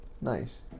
Nice